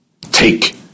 Take